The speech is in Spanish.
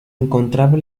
encontraba